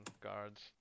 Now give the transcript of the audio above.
guards